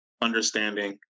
understanding